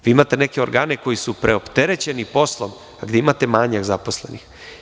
Vi imate neke organe koji su preopterećeni poslom, a gde imate manjak zaposlenih.